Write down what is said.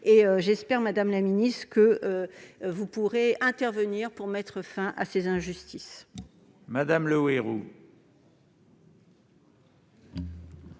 et j'espère, madame la ministre, que vous pourrez intervenir afin de mettre fin à ces injustices.